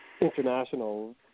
international